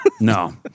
no